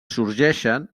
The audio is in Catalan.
sorgeixen